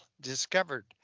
discovered